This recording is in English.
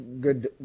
good